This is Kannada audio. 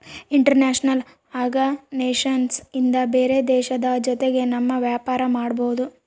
ಇಂಟರ್ನ್ಯಾಷನಲ್ ಆರ್ಗನೈಸೇಷನ್ ಇಂದ ಬೇರೆ ದೇಶದ ಜೊತೆಗೆ ನಮ್ ವ್ಯಾಪಾರ ಮಾಡ್ಬೋದು